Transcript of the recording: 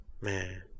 man